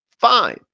Fine